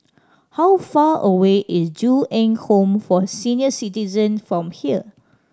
how far away is Ju Eng Home for Senior Citizen from here